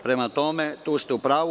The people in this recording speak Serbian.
Prema tome, tu ste u pravu.